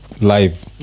live